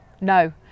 No